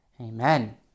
Amen